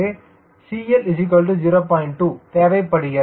2 தேவைபடுகிறது